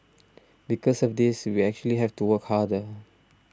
because of this we actually have to work harder